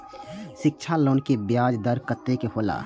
शिक्षा लोन के ब्याज दर कतेक हौला?